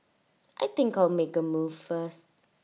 I think I'll make A move first